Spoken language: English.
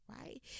Right